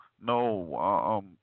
no